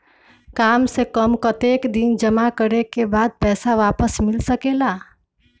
काम से कम कतेक दिन जमा करें के बाद पैसा वापस मिल सकेला?